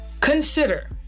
Consider